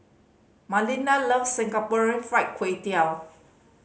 Malinda loves Singapore Fried Kway Tiao